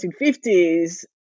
1950s